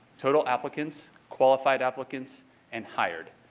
total applicants. qualified applicants and hired.